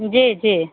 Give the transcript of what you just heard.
जी जी